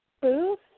booth